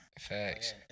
Facts